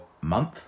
month